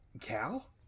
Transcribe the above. Cal